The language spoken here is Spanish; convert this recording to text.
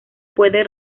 puede